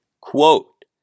quote